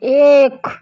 एक